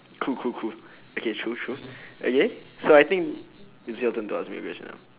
cool cool cool okay true true okay so I think it's your turn to ask me a question now